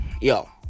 yo